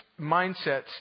mindsets